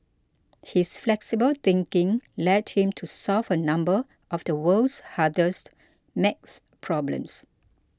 his flexible thinking led him to solve a number of the world's hardest maths problems